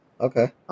Okay